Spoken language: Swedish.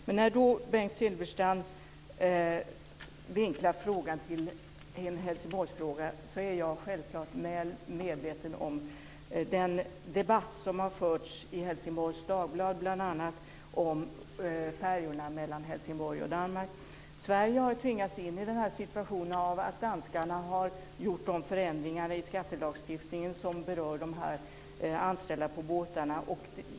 Men när Bengt Silfverstrand vinklar frågan till en Helsingborgsfråga är jag självklart medveten om den debatt som har förts i bl.a. Helsingborgs Dagblad om färjorna mellan Helsingborg och Danmark. Sverige har ju tvingats in i den här situationen av att danskarna har gjort förändringar i skattelagstiftningen som berör de anställda på båtarna.